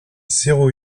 zéro